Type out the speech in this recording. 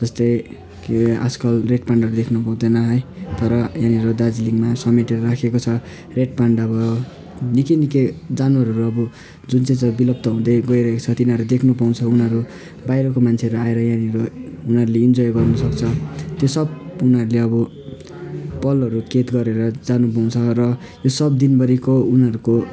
जस्तै के आजकल रेड पान्डाहरू देख्न पाउँदैन है तर यहाँ दार्जिलिङमा समेटेर राखेको छ रेड पान्डा भयो निकै निकै जानवरहरू अब जुन चाहिँ चाहिँ विलुप्त हुँदै गइरहेको छ तिनीहरू देख्नु पाउँछ उनीहरू बाहिरको मान्छेहरू आएर यहाँनिर उनीहरूले इन्जोय गर्नुसक्छ त्यो सब उनीहरूले अब पलहरू कैद गरेर जानुपाउँछ र यो सब दिनभरिको उनीहरूको